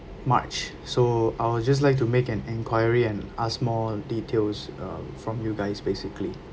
march so I will just like to make an enquiry and ask more details um from you guys basically